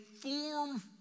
form